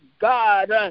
God